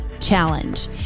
Challenge